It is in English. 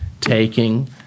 taking